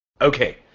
Okay